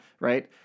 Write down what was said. right